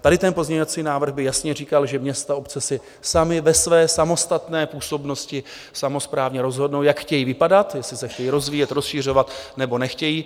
Tady ten pozměňovací návrh by jasně říkal, že města a obce si samy ve své samostatné působnosti samosprávně rozhodnou, jak chtějí vypadat, jestli se chtějí rozvíjet, rozšiřovat, nebo nechtějí.